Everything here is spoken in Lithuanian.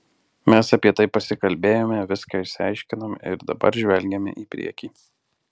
mes apie tai pasikalbėjome viską išsiaiškinome ir dabar žvelgiame į priekį